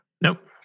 Nope